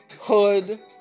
hood